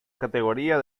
categoría